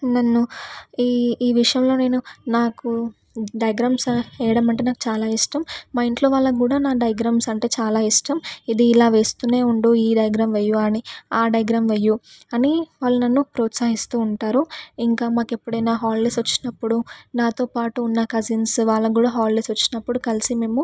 నన్ను ఈ ఈ విషయంలో నేను నాకు డయాగ్రమ్స్ వేయడం అంటే నాకు చాలా ఇష్టం మా ఇంట్లో వాళ్ళకు కూడా నా డయాగ్రమ్స్ అంటే చాలా ఇష్టం ఇది ఇలా వేస్తూనే ఉండూ ఈ డయాగ్రమ్ వేయి వాణి వా అని ఆ డయాగ్రమ్ వేయి అని వాళ్ళు నన్ను ప్రోత్సహిస్తూ ఉంటారు ఇంకా మాకు ఎప్పుడైనా హాలిడేస్ వచ్చినప్పుడు నాతో పాటు ఉన్న కజిన్స్ వాళ్ళకు కూడా హాలిడేస్ వచ్చినప్పుడు కలిసి మేము